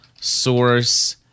source